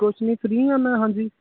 ਕੁਛ ਨਹੀਂ ਫਰੀ ਹਾਂ ਮੈਂ ਹਾਂਜੀ